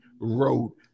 wrote